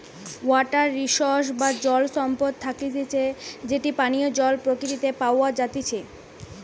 water resource বা জল সম্পদ থাকতিছে যেটি পানীয় জল প্রকৃতিতে প্যাওয়া জাতিচে